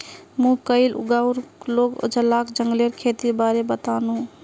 मुई कइल गांउर कुछ लोग लाक जंगलेर खेतीर बारे बतानु